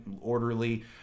orderly